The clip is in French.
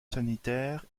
sanitaire